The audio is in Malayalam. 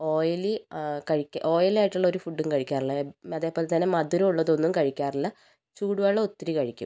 ഓയിലി കഴിക്കാ ഓയിൽ ആയിട്ടുള്ള ഒരു ഫുഡും കഴിക്കാറില്ല അതേപോലെത്തന്നെ മധുരമുള്ളതൊന്നും കഴിക്കാറില്ല ചൂടുവെള്ളം ഒത്തിരി കഴിക്കും